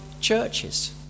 churches